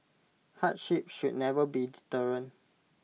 hardship should never be deterrent